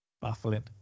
baffling